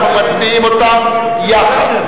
אנחנו מצביעים עליהן יחד.